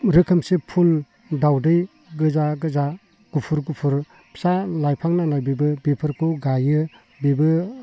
रोखोमसे फुल दावदै गोजा गोजा गुफुर गुफुर फिसा लाइफां नालाय बेबो बेफोरखौ गायो बेबो